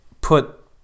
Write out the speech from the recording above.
put